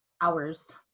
hours